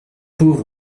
pauvre